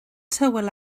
tywel